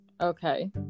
Okay